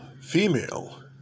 female